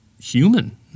human